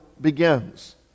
begins